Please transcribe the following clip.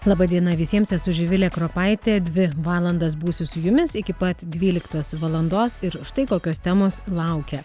laba diena visiems esu živilė kropaitė dvi valandas būsiu su jumis iki pat dvyliktos valandos ir štai kokios temos laukia